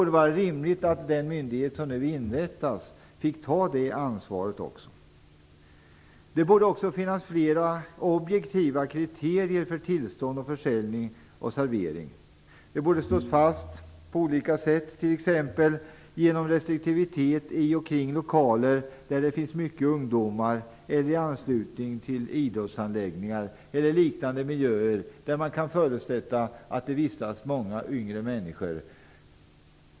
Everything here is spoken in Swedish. Det är rimligt att den myndighet som nu inrättas får ta även det ansvaret. Det borde också finnas flera objektiva kriterier för tillstånd, försäljning och servering, och de borde slås fast på olika sätt. Det borde t.ex. finnas restriktivitet i och kring lokaler där det finns mycket ungdomar, i anslutning till idrottsanläggningar eller liknande miljöer, där man kan förutsätta att det vistas många yngre människor.